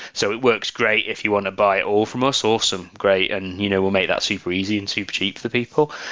so it works great if you want to buy all from us, awesome, great, and you know we'll make that super easy and super cheap for people.